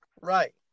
Right